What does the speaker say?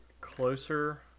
closer